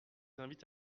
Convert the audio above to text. invite